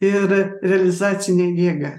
ir realizacinę jėgą